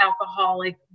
alcoholic